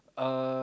uh